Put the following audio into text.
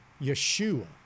Yeshua